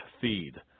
feed